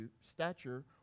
stature